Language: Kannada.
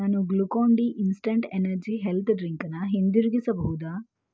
ನಾನು ಗ್ಲುಕಾನ್ಡಿ ಇನ್ಸ್ಟೆಂಟ್ ಎನರ್ಜಿ ಹೆಲ್ತ್ ಡ್ರಿಂಕನ್ನು ಹಿಂದಿರುಗಿಸಬಹುದಾ